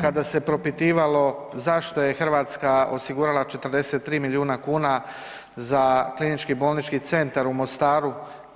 kada se propitivalo zašto je Hrvatska osigurala 43 milijuna kuna za KBC u Mostaru